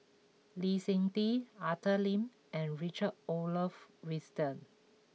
Lee Seng Tee Arthur Lim and Richard Olaf Winstedt